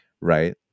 right